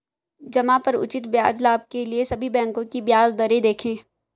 जमा पर उचित ब्याज लाभ के लिए सभी बैंकों की ब्याज दरें देखें